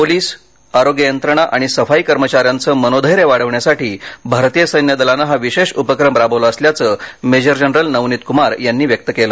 police आरोग्य यंत्रणा आणि सफाई कर्मचाऱ्यांचे मनोधैर्य वाढविण्यासाठी भारतीय सैन्य दलाने हा विशेष उपक्रम राबविला असल्याचं मेजर जनरल नवनीत कुमार यांनी व्यक्त केले